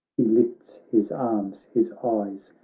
he lifts his arms, his eyes,